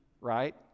right